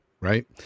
right